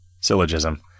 syllogism